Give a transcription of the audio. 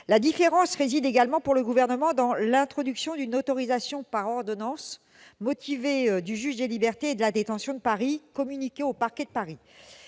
La différence réside également pour le Gouvernement dans l'introduction d'une autorisation par ordonnance motivée du juge des libertés et de la détention de Paris, communiquée au parquet de Paris.